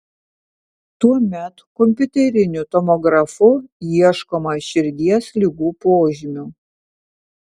tuomet kompiuteriniu tomografu ieškoma širdies ligų požymių